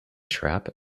trap